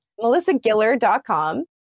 melissagiller.com